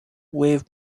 wave